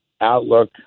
outlook